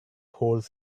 holds